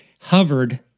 hovered